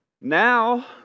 Now